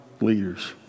leaders